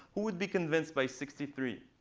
who would be convinced by sixty three?